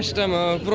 demo but